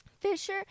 Fisher